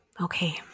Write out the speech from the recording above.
Okay